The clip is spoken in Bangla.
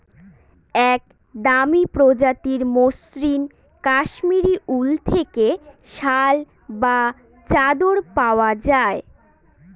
এক দামি প্রজাতির মসৃন কাশ্মীরি উল থেকে শাল বা চাদর পাওয়া যায়